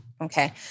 Okay